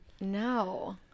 No